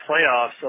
playoffs